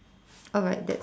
alright that's